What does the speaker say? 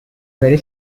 very